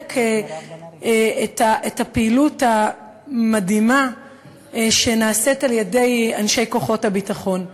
לחזק את הפעילות המדהימה שנעשית על-ידי אנשי כוחות הביטחון.